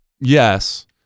yes